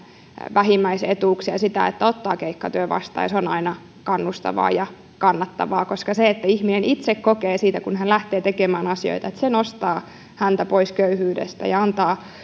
vähimmäisetuuksia siten että voi ottaa keikkatyön vastaan ja se on aina kannustavaa ja kannattavaa kun ihminen itse kokee sen että kun hän lähtee tekemään asioita niin se nostaa häntä pois köyhyydestä ja antaa